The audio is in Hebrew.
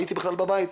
הייתי בכלל בבית,